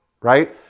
Right